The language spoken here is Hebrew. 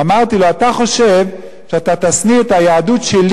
אמרתי לו: אתה חושב שאתה תשניא את היהדות שלי